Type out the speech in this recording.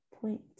point